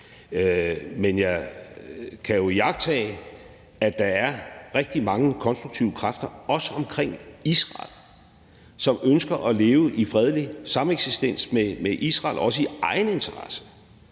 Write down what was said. Men jeg kan jo iagttage, at der er rigtig mange konstruktive kræfter, også omkring Israel, som ønsker at leve i fredelig sameksistens med Israel, også i egen interesse.